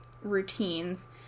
routines